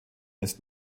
ist